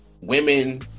women